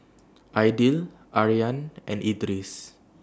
Aidil Aryan and Idris